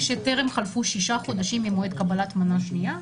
שטרם חלפו שישה חודשים ממועד קבלת מנה שנייה,